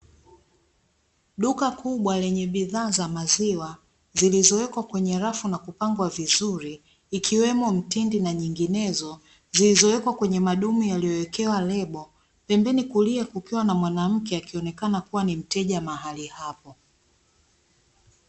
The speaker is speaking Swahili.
Duka kubwa lenye bidhaa za maziwa, zilizowekwa kwenye rafu na kupangwa vizuri, ikiwemo mtindi na nyinginezo, zilizowekwa kwenye madumu yaliyowekewa lebo. Pembeni kulia kukiwa na mwanamke akionekana kuwa ni mteja mahali hapo.